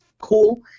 cool